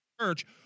church